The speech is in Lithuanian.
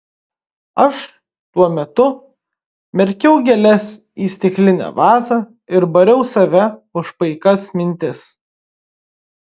aš tuo metu merkiau gėles į stiklinę vazą ir bariau save už paikas mintis